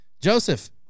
Joseph